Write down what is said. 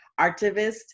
activist